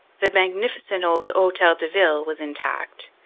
the magnificent old hotel de ville was intact,